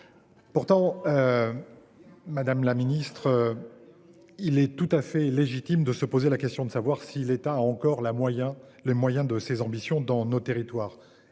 Pourtant. Madame la ministre. Il est tout à fait légitime de se poser la question de savoir si l'État a encore la moyen les moyens de ses ambitions dans nos territoires